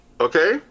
okay